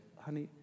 honey